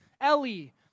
Ellie